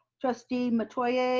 trustee metoyer